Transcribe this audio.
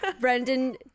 brendan